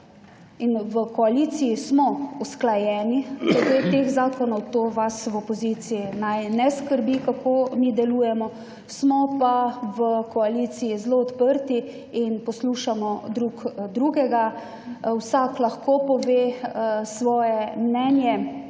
V koaliciji smo usklajeni glede teh zakonov. To vas v opoziciji naj ne skrbi kako mi delujemo. Smo pa v koaliciji zelo odprti in poslušamo drug drugega. Vsak lahko pove svoje mnenje,